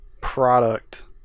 Product